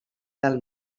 del